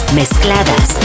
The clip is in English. mezcladas